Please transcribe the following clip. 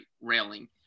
railing